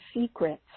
secrets